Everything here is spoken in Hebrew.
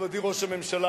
מכובדי ראש הממשלה,